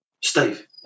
Steve